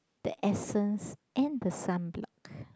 the essence and the sunblock